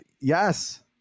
Yes